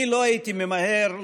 אני לא הייתי ממהר לומר: